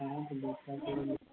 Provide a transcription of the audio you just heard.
हाँ तो